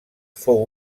fou